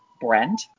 Brent